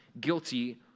guilty